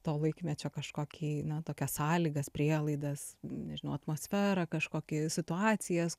to laikmečio kažkokį na tokias sąlygas prielaidas nežinau atmosferą kažkokį situacijas